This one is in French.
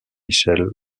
michel